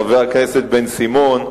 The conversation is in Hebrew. חבר הכנסת בן-סימון,